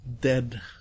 dead